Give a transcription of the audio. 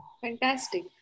fantastic